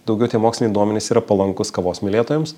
daugiau tie moksliniai duomenys yra palankūs kavos mylėtojams